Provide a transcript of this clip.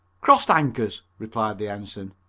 crossed anchors, replied the ensign.